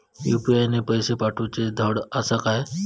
UPI ने पैशे पाठवूचे धड आसा काय?